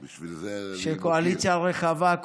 של קואליציה רחבה,